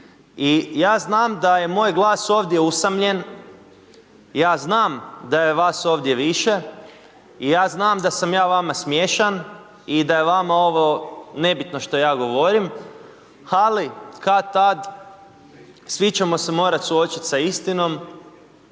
i ja znam da je moj glas ovdje usamljen, ja znam da je vas ovdje više i ja znam da sam ja vama smiješan i da je vama ovo nebitno što ja govorim, ali kad-tad svi ćemo se morat suočit sa istinom,